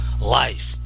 life